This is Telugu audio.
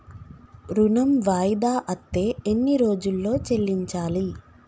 ఋణం వాయిదా అత్తే ఎన్ని రోజుల్లో చెల్లించాలి?